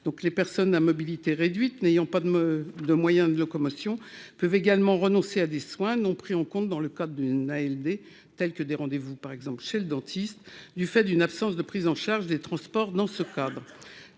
que des personnes à mobilité réduite ne disposant pas d'un moyen de locomotion renoncent à des soins non pris en compte dans le cadre d'une ALD, tels que des rendez-vous chez le dentiste, du fait d'une absence de prise en charge des transports dans ce cadre.